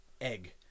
Egg